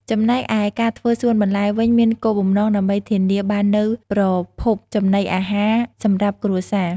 ចំណែកឯការធ្វើសួនបន្លែវិញមានគោលបំណងដើម្បីធានាបាននូវប្រភពចំណីអាហារសម្រាប់គ្រួសារ។